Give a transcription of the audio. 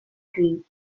twin